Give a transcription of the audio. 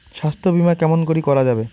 স্বাস্থ্য বিমা কেমন করি করা যাবে?